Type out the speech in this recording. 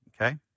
Okay